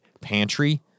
pantry